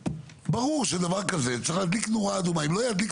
ברור שדבר כזה צריך להדליק נורה אדומה.